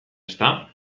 ezta